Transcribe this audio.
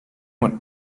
went